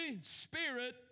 Spirit